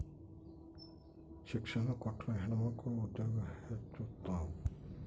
ಶಿಕ್ಷಣ ಕೊಟ್ರ ಹೆಣ್ಮಕ್ಳು ಉದ್ಯೋಗ ಹೆಚ್ಚುತಾವ